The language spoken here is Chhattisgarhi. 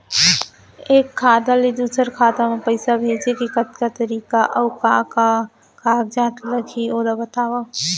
एक खाता ले दूसर खाता मा पइसा भेजे के कतका तरीका अऊ का का कागज लागही ओला बतावव?